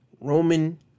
Roman